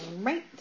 right